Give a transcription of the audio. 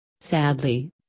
Sadly